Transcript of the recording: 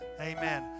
Amen